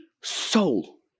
soul